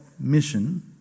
Mission